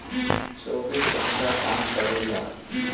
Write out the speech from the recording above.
चौबीस घंटा काम करेला